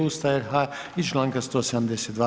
Ustava RH i Članka 172.